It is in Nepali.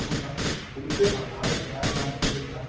अन्त त्यस्तै छ होला है पुरा जामहरू होला